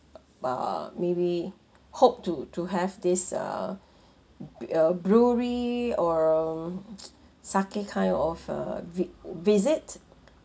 ah maybe hope to to have this err bee~ uh brewery or sake kind of a vi~ visit